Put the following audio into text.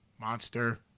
monster